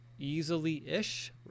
Easily-ish